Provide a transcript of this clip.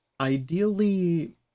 Ideally